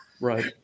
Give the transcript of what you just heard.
Right